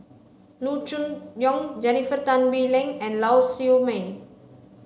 Loo Choon Yong Jennifer Tan Bee Leng and Lau Siew Mei